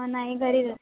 नाही घरीच अस